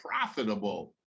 profitable